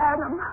Adam